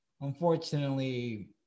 unfortunately